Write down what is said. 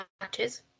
matches